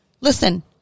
Listen